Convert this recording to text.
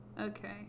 Okay